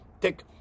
take